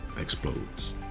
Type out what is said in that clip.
explodes